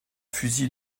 fusil